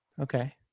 Okay